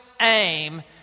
aim